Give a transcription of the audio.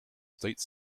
state